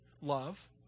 love